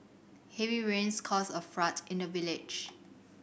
heavy rains caused a in the village